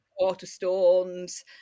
Waterstones